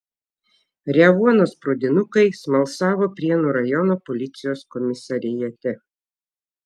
revuonos pradinukai smalsavo prienų rajono policijos komisariate